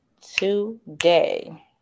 today